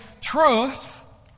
truth